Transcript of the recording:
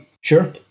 sure